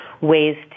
ways